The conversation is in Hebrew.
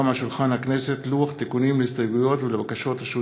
לוח תיקונים להסתייגויות ולבקשות רשות